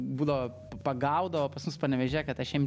būdavo pagaudavo pas mus panevėžyje kad aš em ti vi